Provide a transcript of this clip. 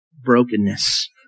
brokenness